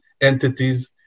entities